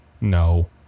No